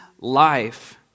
life